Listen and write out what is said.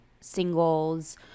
singles